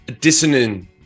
dissonant